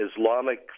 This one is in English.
Islamic